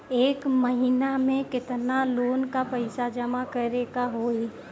एक महिना मे केतना लोन क पईसा जमा करे क होइ?